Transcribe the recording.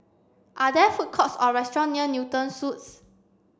are there food courts or restaurants near Newton Suites